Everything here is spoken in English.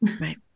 Right